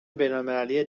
بینالمللی